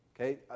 Okay